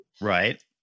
Right